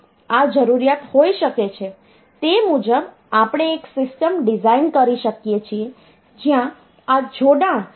આ જરૂરિયાત હોઈ શકે છે તે મુજબ આપણે એક સિસ્ટમ ડિઝાઇન કરી શકીએ છીએ જ્યાં આ જોડાણ તેના જેવું હશે